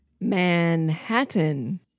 Manhattan